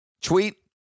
tweet